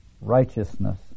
righteousness